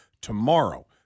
tomorrow